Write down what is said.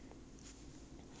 mm